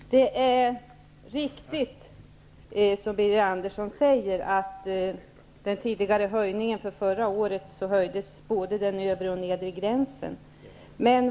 Herr talman! Det är riktigt, precis som Birger Andersson säger, att både den övre och den nedre bostadskostnadsgränsen höjdes förra året.